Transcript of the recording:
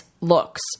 looks